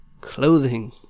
clothing